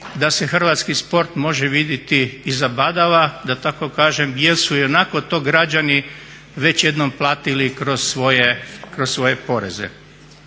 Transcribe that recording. da se hrvatski sport može vidjeti i za badava, da tako kažem, jer su ionako to građani već jednom platili kroz svoje poreze.